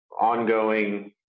ongoing